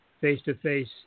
face-to-face